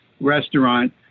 restaurant